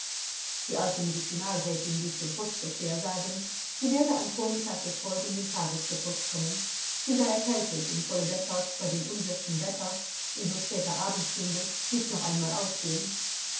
die alte medizinalrätin ließ dem postvorsteher sagen sie werde am vormittag des folgenden tages zur post kommen sie sei erkältet und wolle deshalb bei dem unwirschen wetter in so später abendstunde nicht noch einmal ausgehen